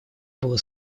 было